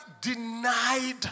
denied